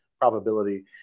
probability